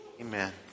Amen